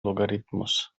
logarithmus